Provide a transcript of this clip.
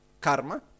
karma